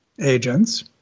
agents